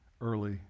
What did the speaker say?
early